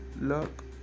look